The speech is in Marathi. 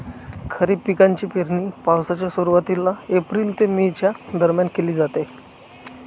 खरीप पिकांची पेरणी पावसाच्या सुरुवातीला एप्रिल ते मे च्या दरम्यान केली जाते